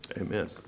Amen